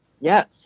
Yes